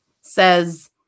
says